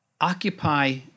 occupy